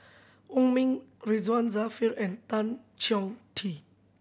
Wong Ming Ridzwan Dzafir and Tan Chong Tee